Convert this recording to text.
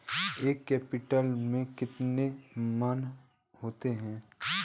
एक क्विंटल में कितने मन होते हैं?